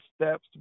steps